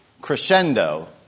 crescendo